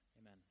Amen